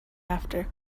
after